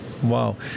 Wow